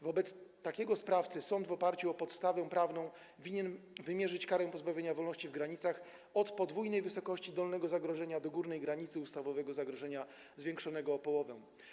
Wobec takiego sprawcy sąd w oparciu o podstawę prawną winien wymierzyć karę pozbawienia wolności w granicach od podwójnej wysokości dolnego zagrożenia do górnej granicy ustawowego zagrożenia zwiększonego o połowę.